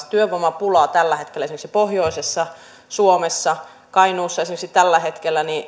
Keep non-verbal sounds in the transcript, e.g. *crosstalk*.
*unintelligible* työvoimapula tällä hetkellä esimerkiksi pohjoisessa suomessa kainuussa esimerkiksi tällä hetkellä